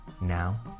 Now